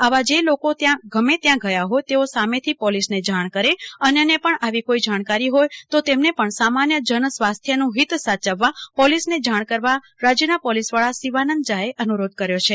આવા જે લોકો ત્યાં ગયા હતા તેઓસામેથી પોલીસને જાણ કરે અન્યને પણ આવી કોઈ જાણકારી હોય તો તેમને પણ સામાન્ય જન સ્વાસ્થ્યનું હિત સાચવવા પોલીસને જાણ કરવા રાજ્યના પોલીસ વડા શિવાનંદ ઝાએ અનુરોધ કર્યો છે